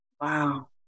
wow